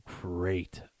great